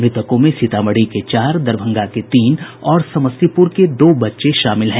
मृतकों में सीतामढ़ी के चार दरभंगा के तीन और समस्तीपुर के दो बच्चे शामिल हैं